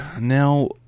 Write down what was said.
Now